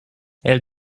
elle